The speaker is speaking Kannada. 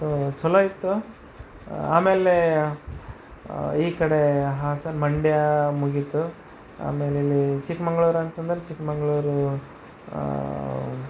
ಸೋ ಚಲೋ ಇತ್ತು ಆಮೇಲೆ ಈ ಕಡೆ ಹಾಸನ ಮಂಡ್ಯ ಮುಗೀತು ಆಮೇಲೆ ಚಿಕ್ಕಮಗಳೂರು ಅಂತಂದ್ರೆ ಚಿಕ್ಕಮಗಳೂರು